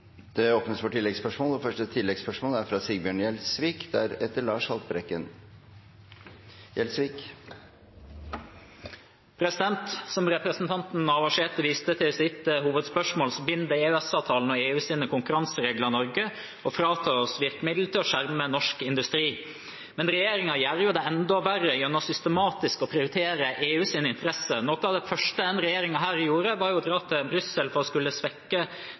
Det åpnes for oppfølgingsspørsmål – først Sigbjørn Gjelsvik. Som representanten Navarsete viste til i sitt hovedspørsmål, binder EØS-avtalen og EUs konkurranseregler Norge og fratar oss virkemidler for å skjerme norsk industri. Men regjeringen gjør det enda verre gjennom systematisk å prioritere EUs interesser. Noe av det første denne regjeringen gjorde, var å dra til Brussel for å svekke